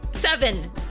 Seven